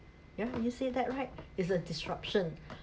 ya you said that right is a disruption